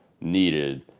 needed